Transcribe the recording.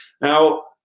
Now